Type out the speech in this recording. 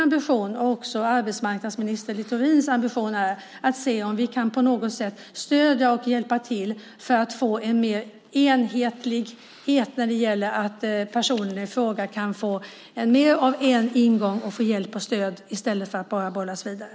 Min och arbetsmarknadsminister Littorins ambition är att se om vi på något sätt kan stödja och hjälpa till för att få en större enhetlighet i att personen i fråga kan få en ingång och få hjälp och stöd i stället för att bollas vidare.